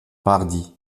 pardi